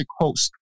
host